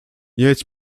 jedź